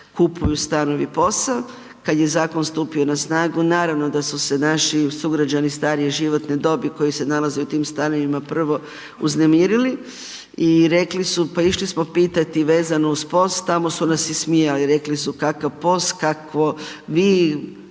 kupuju stanovi POS-a, kad je zakon stupio na snagu, naravno da su se naši sugrađani starije životne dobi koji se nalaze u tim stanovima, prvo uznemirili i rekli su, pa išli smo pitati vezano uz POS, tamo su nas ismijali i rekli su kakav POS, kakvo vi,